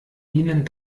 ihnen